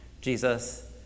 Jesus